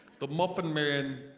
the muffin man,